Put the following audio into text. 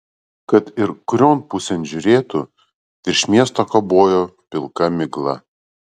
kad ir kurion pusėn žiūrėtų virš miesto kabojo pilka migla